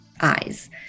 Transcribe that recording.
eyes